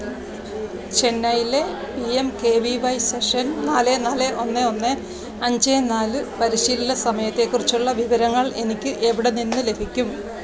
ചെന്നൈയിലെ P M K V Y session നാല് നാല് ഒന്ന് ഒന്ന് അഞ്ച് നാല് പരിശീലന സമയത്തെക്കുറിച്ചുള്ള വിവരങ്ങൾ എനിക്ക് എവിടെ നിന്ന് ലഭിക്കും